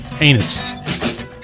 anus